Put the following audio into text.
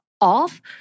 off